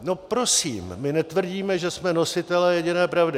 No prosím, my netvrdíme, že jsme nositeli jediné pravdy.